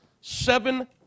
seven